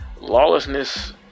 lawlessness